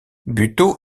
buteau